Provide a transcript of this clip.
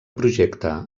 projecte